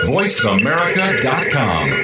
VoiceAmerica.com